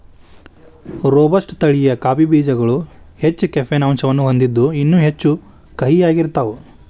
robusta ತಳಿಯ coffee ಬೇಜಗಳು ಹೆಚ್ಚ ಕೆಫೇನ್ ಅಂಶವನ್ನ ಹೊಂದಿದ್ದು ಇನ್ನೂ ಹೆಚ್ಚು ಕಹಿಯಾಗಿರ್ತಾವ